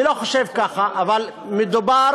אני לא חושב ככה, אבל מדובר